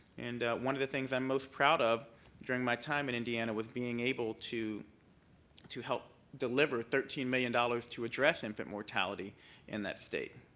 and one of the things i'm most proud of during my time in indiana was being able to to help deliver thirteen million dollars to address infant mortality in that state.